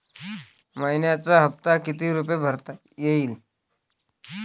मइन्याचा हप्ता कितीक रुपये भरता येईल?